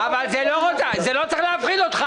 זה לא צריך להפחיד אותך.